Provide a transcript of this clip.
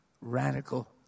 Radical